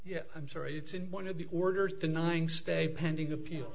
yeah i'm sorry it's in one of the orders denying stay pending appeal